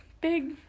big